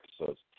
episodes